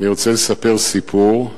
אני רוצה לספר סיפור.